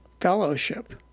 Fellowship